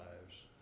lives